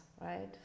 right